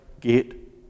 get